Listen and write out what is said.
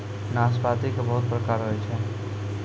नाशपाती के बहुत प्रकार होय छै